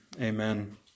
Amen